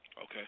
Okay